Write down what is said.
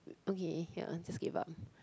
okay ya just give up